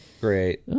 Great